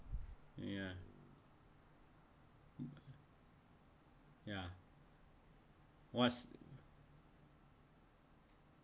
ya ya was